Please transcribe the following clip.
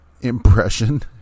impression